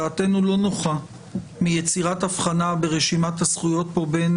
דעתנו לא נוחה מיצירת הבחנה ברשימת הזכויות פה בין